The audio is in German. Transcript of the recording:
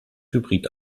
hybrid